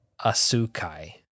Asukai